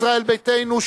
ישראל ביתנו,